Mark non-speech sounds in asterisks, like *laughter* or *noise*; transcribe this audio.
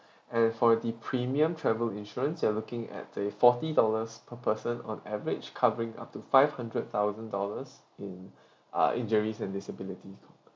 *breath* and for the premium travel insurance you are looking at a forty dollars per person on average covering up to five hundred thousand dollars in *breath* uh injuries and disability